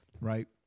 right